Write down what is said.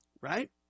right